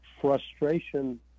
frustration